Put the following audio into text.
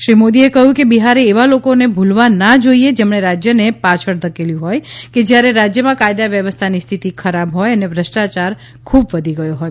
શ્રી મોદીએ કહ્યું કે બિહારે એવા લોકોને ભુલવા ના જોઇએ જેમણે રાજ્યને પાછળ ધકેલ્યું હોય કે જ્યારે રાજ્યમાં કાયદા વ્યવસ્થાની સ્થિતિ ખરાબ હોય અને ભ્રષ્ટાયાર ખૂબ વધી ગયો હોય